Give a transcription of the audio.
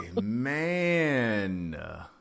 man